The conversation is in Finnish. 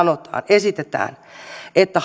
esitetään sanatarkasti että